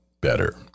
better